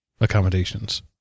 accommodations